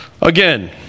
Again